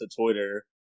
Twitter